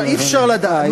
אי-אפשר לדעת.